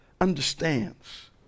understands